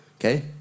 Okay